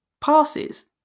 passes